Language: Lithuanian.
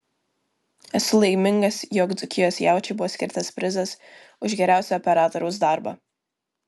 esu laimingas jog dzūkijos jaučiui buvo skirtas prizas už geriausią operatoriaus darbą